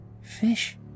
Fish